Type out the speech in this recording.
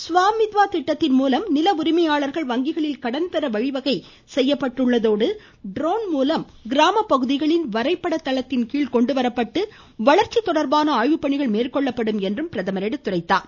ஸ்வா மித்வா திட்டத்தின்மூலம் நில உரிமையாளர்கள் வங்கிகளில் கடன் பெற வழிவகை செய்யப்பட்டுள்ளதோடு ட்ரோன் மூலம் கிராமப்பகுதிகள் வரைபடதளத்தின் கீழ் கொண்டுவரப்பட்டு வளர்ச்சி தொடர்பான ஆய்வு பணிகள் மேற்கொள்ளப்படும் என்றார்